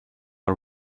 our